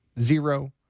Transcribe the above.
zero